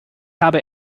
habe